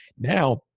now